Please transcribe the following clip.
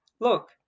Look